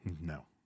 No